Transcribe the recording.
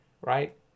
right